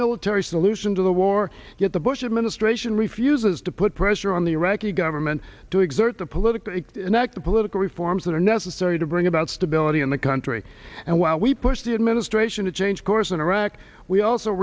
military solution to the war yet the bush administration refuses to put pressure on the iraqi government to exert the political and that the political reforms that are necessary to bring about stability in the country and while we push the administration to change course in iraq we also